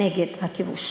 נגד הכיבוש.